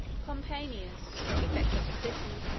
pompeianus, praefect of the city,